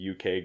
uk